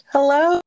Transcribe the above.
Hello